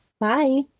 bye